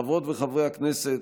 חברות וחברי הכנסת,